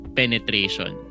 penetration